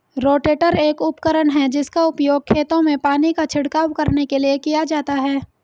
rotator एक उपकरण है जिसका उपयोग खेतों में पानी का छिड़काव करने के लिए किया जाता है